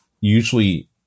usually –